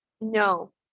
No